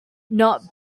not